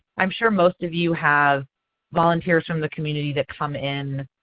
i am sure most of you have volunteers from the community that come in,